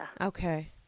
okay